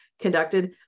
conducted